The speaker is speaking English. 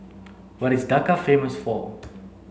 what is Dhaka famous for